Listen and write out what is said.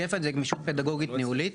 גפן זה גמישות פדגוגית ניהולית.